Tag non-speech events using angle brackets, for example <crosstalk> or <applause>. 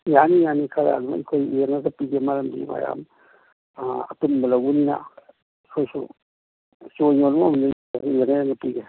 ꯌꯥꯅꯤ ꯌꯥꯅꯤ ꯈꯔ ꯑꯗꯨꯝ ꯑꯩꯈꯣꯏ ꯌꯦꯡꯉꯒ ꯄꯤꯒꯦ ꯃꯔꯝꯗꯤ ꯃꯌꯥꯝ ꯑꯄꯨꯟꯕ ꯂꯧꯕꯅꯤꯅ ꯑꯩꯈꯣꯏꯁꯨ ꯆꯣꯏꯅ ꯌꯣꯟꯕ ꯃꯃꯜꯗꯩ <unintelligible> ꯄꯤꯒꯦ